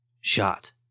Shot